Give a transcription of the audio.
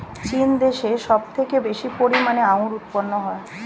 চীন দেশে সব থেকে বেশি পরিমাণে আঙ্গুর উৎপন্ন হয়